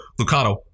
Lucado